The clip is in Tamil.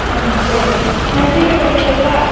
ஆ சரி நான் ஜிபே பண்ணிருட்டுங்களா